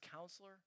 counselor